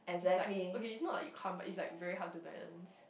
is like okay it's not like you can't but it's like very hard to balance